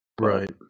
Right